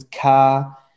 car